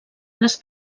les